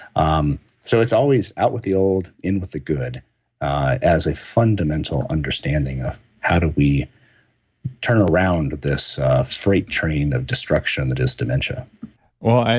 um so, it's always out with the old, in with the good as a fundamental understanding of how do we turn around this freight train of destruction that is dementia well,